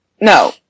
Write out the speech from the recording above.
No